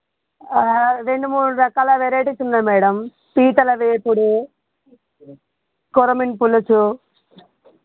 రెండు మూడు రకాల వెరైటీస్ ఉన్నాయి మేడం పీతల వేపుడు కొర్రమీను పులుసు